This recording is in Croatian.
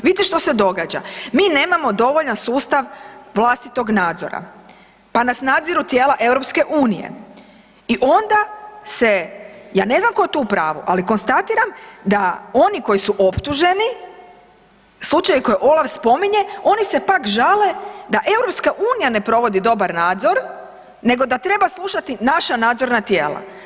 Vidite što se događa, mi nemamo dovoljan sustav vlastitog nadzora pa nas nadziru tijela EU i onda se, ja ne znam tko je tu u pravu, ali konstatiram da oni koji su optuženi slučaj koji OLAF spominje oni se pak žale da EU ne provodi dobar nadzor nego da treba slušati naša nadzorna tijela.